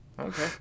okay